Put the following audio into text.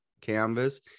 canvas